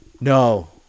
No